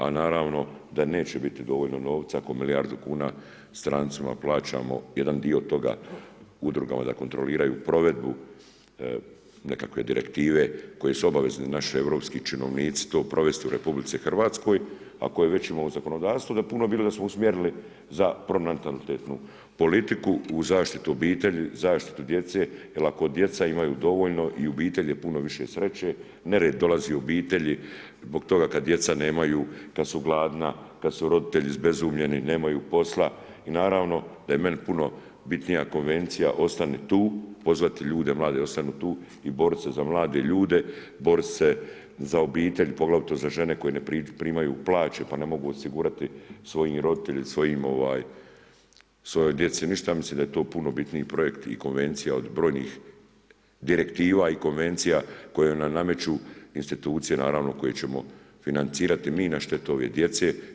A naravno, da neće biti dovoljno novca, oko milijardu kuna, strancima plaćamo jedan dio toga, udrugama da kontroliraju provedbu nekakve direktive, koje su obavezni naši europski činovnici to provesti u RH, a koje već ima u zakonodavstvu, da puno bilo da smo usmjerili za pronatalitetnu politiku u zaštitu obitelji, zaštitu djece, jer ako djeca imaju dovoljno i obitelj je puno više sreće, nered dolazi u obitelji, zbog toga kada djeca nemaju, kada su gladna, kada su roditelji izbezumljeni, nemaju posla i naravno da je meni puno bitnija konvencija, ostani tu, pozvati ljude, mlade da ostanu tu i boriti se za mlade ljude, boriti se za obitelj, poglavito za žene koje primaju plaće, pa ne mogu osigurati svojim roditeljima, svojoj djeci ništa, mislim da je to puno bitniji projekt i konvencija od brojnih direktiva i konvencija koje nam nameću institucije naravno, koje ćemo financirati mi, na štetu ove djece.